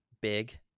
big